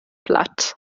platt